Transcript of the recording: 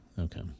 Okay